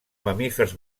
mamífers